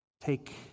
take